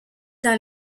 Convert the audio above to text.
dans